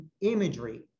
imagery